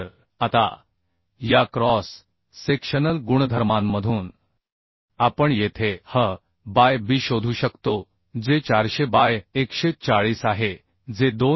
तर आता या क्रॉस सेक्शनल गुणधर्मांमधून आपण येथे h बाय B शोधू शकतो जे 400 बाय 140 आहे जे 2